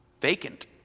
vacant